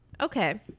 okay